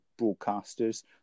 broadcasters